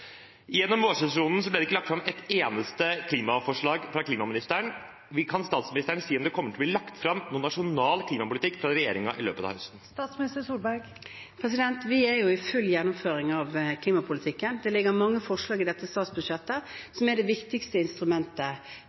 ikke lagt fram et eneste klimaforslag fra klimaministeren. Kan statsministeren si om det kommer til å bli lagt fram noen nasjonal klimapolitikk fra regjeringen i løpet av høsten? Vi er i full gang med gjennomføringen av klimapolitikken. Det ligger mange forslag i dette statsbudsjettet, som er det viktigste instrumentet